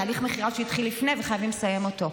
תהליך מכירה שהתחיל לפני, וחייבים לסיים אותו.